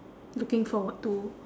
looking forward to